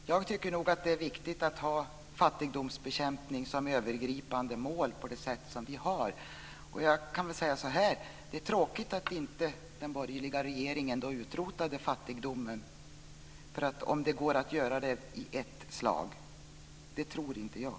Fru talman! Jag tycker nog att det är viktigt att ha fattigdomsbekämpning som övergripande mål på det sätt som vi har. Det är tråkigt att den borgerliga regeringen inte utrotade fattigdomen, om det nu går att göra det i ett slag. Fast det tror inte jag.